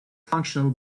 functional